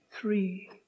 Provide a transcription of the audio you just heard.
three